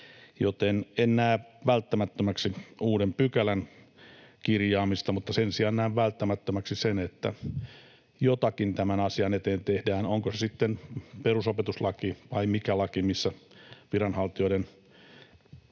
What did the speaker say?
joten en näe välttämättömäksi uuden pykälän kirjaamista. Mutta sen sijaan näen välttämättömäksi sen, että jotakin tämän asian eteen tehdään. Onko se sitten perusopetuslaki vai mikä laki, missä selkeästi